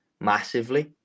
massively